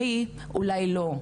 היא אולי לא.